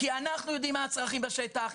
כי אנחנו יודעים מה הצרכים בשטח,